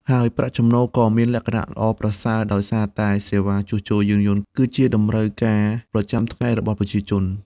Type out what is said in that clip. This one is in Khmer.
ហើយប្រាក់ចំណូលក៏មានលក្ខណៈល្អប្រសើរដោយសារតែសេវាជួសជុលយានយន្តគឺជាតម្រូវការប្រចាំថ្ងៃរបស់ប្រជាជន។